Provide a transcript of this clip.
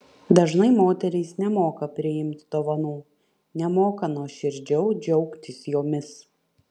dažnai moterys nemoka priimti dovanų nemoka nuoširdžiau džiaugtis jomis